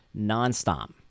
nonstop